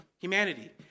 Humanity